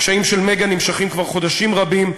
הקשיים של "מגה" נמשכים כבר חודשים רבים,